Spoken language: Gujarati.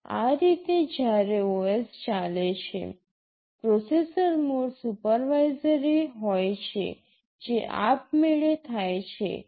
સામાન્ય રીતે જ્યારે OS ચાલે છે પ્રોસેસર મોડ સુપરવાઇઝરી હોય છે જે આપમેળે થાય છે